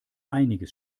einiges